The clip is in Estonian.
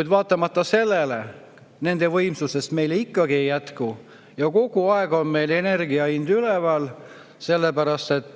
elektrijaamad, kuid nende võimsusest meile ikkagi ei jätku ja kogu aeg on meil energia hind üleval, sellepärast et